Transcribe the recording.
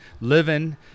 living